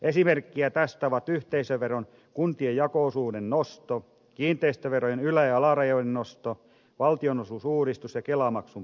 esimerkkejä tästä ovat yhteisöveron kuntien jako osuuden nosto kiinteistöverojen ylä ja alarajojen nosto valtionosuusuudistus ja kelamaksun poisto